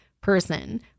person